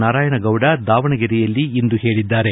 ನಾರಾಯಣಗೌಡ ದಾವಣಗೆರೆಯಲ್ಲಿಂದು ಹೇಳಿದ್ದಾರೆ